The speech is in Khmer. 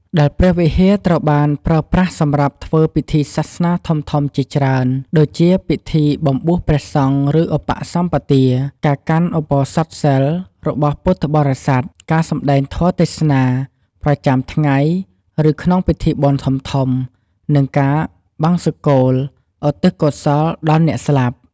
ដែលព្រះវិហារត្រូវបានប្រើប្រាស់សម្រាប់ធ្វើពិធីសាសនាធំៗជាច្រើន ដូចជា ពិធីបំបួសព្រះសង្ឃ ឬ ឧបសម្បទា ការកាន់ឧបោសថសីល របស់ពុទ្ធបរិស័ទ ការសំដែងធម៌ទេសនា ប្រចាំថ្ងៃ ឬក្នុងពិធីបុណ្យធំៗ និងការបង្សុកូល ឧទ្ទិសកុសលដល់អ្នកស្លាប់។